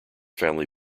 family